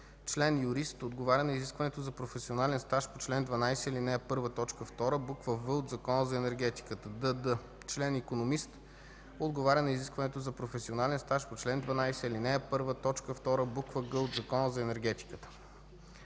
член – юрист, отговаря на изискването за професионален стаж по чл. 12, ал. 1, т. 2, буква „в” от Закона за енергетиката; дд) член – икономист, отговаря на изискването за професионален стаж по чл. 12, ал. 1, т. 2, буква „г” от Закона за енергетиката.